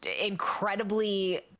incredibly